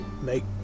make